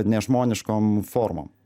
nežmoniškom formom